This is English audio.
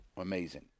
amazing